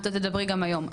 את עוד תדברי גם היום,